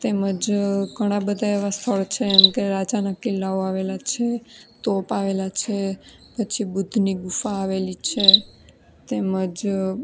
તેમજ ઘણાં બધા એવાં સ્થળ છે એમ કે રાજાના કિલ્લાઓ આવેલા છે તોપ આવેલાં છે પછી બુદ્ધની ગુફા આવેલી છે તેમજ